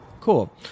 Cool